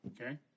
Okay